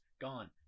gone